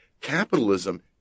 Capitalism